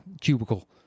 cubicle